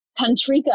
tantrika